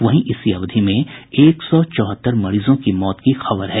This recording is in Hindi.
वहीं इसी अवधि में एक सौ चौहत्तर मरीजों की मौत की खबर है